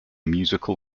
musical